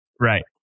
right